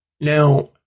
Now